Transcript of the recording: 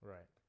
Right